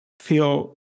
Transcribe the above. feel